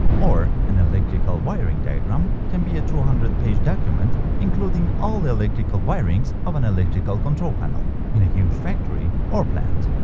or an electrical wiring diagram can be a two hundred page document including all the electrical wirings of an electrical control panel in a huge factory or plant